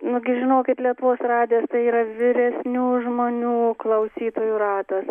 nu gi žinokit lietuvos radijas tai yra vyresnių žmonių klausytojų ratas